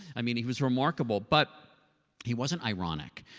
i mean he was remarkable. but he wasn't ironic.